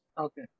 Okay